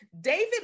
David